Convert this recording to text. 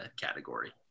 category